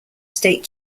state